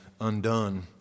undone